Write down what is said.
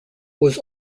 was